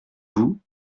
vous